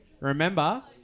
Remember